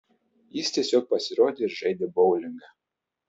jis tiesiog pasirodė ir žaidė boulingą